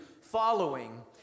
following